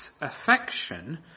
affection